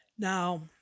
Now